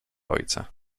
ojca